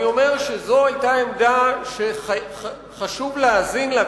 אני אומר שזו היתה עמדה שחשוב להאזין לה,